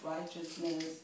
righteousness